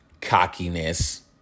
cockiness